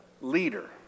leader